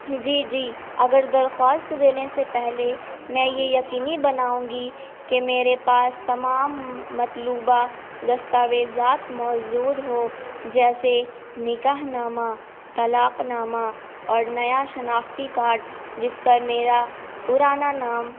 جی جی اگر درخواست دینے سے پہلے میں یہ یقینی بناؤں گی کہ میرے پاس تمام مطلوبہ دستاویزات موجود ہو جیسے نکاح نامہ طلاق نامہ اور نیا شناختی کارڈ جس پر میرا پرانا نام